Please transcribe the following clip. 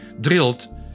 drilled